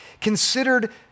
considered